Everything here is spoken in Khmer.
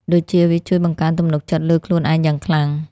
ដូចជា វាជួយបង្កើនទំនុកចិត្តលើខ្លួនឯងយ៉ាងខ្លាំង។